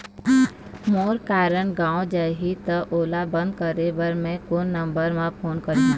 मोर card गंवा जाही त ओला बंद करें बर मैं कोन नंबर म फोन करिह?